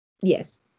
Yes